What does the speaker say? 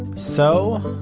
so,